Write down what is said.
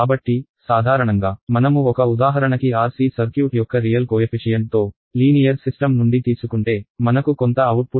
కాబట్టి సాధారణంగా మనము ఒక ఉదాహరణకి RC సర్క్యూట్ యొక్క రియల్ కోయఫిషియన్ట్ తో లీనియర్ సిస్టమ్ నుండి తీసుకుంటే మనకు కొంత అవుట్ పుట్ లభిస్తుంది